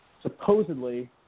supposedly